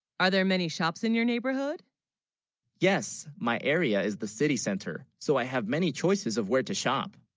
are there many shops in your neighborhood yes, my area is the city, center so i have many choices of where to shop